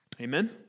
Amen